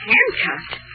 Handcuffed